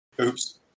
Oops